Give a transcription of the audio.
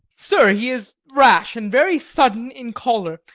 sir, he is rash, and very sudden in choler,